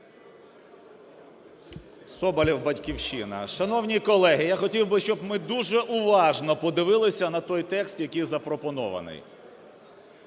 Соболєв, "Батьківщина". Шановні колеги, я хотів би, щоб ми дуже уважно подивилися на той текст, який запропонований.